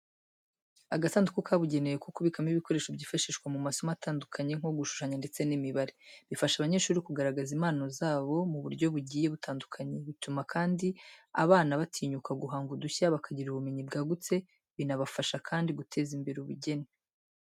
Agasanduku kabugenewe ko kubikamo ibikoresho byifashishwa mu masomo atandukanye nko gushushanya ndetse n'imibare. Bifasha abanyeshuri kugaragaza impano zabo mu buryo bugiye butandukanye, bituma kandi abana batinyuka guhanga udushya, bakagira ubumenyi bwagutse, binabafasha kandi guteza imbere ubugeni.